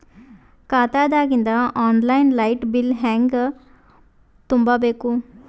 ಖಾತಾದಾಗಿಂದ online light bill ಹೇಂಗ ತುಂಬಾ ಬೇಕು?